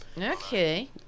Okay